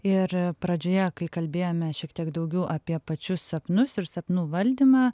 ir pradžioje kai kalbėjome šiek tiek daugiau apie pačius sapnus ir sapnų valdymą